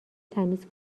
تمیز